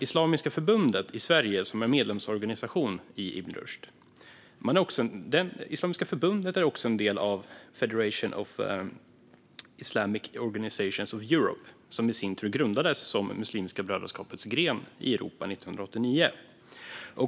Islamiska förbundet i Sverige, som är medlemsorganisation i Ibn Rushd, är också en del av Federation of Islamic Organisations in Europe, som i sin tur grundades som Muslimska brödraskapets gren i Europa 1989.